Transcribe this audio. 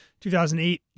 2008